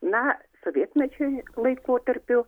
na sovietmečiui laikotarpiu